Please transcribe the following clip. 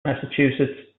massachusetts